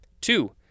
Two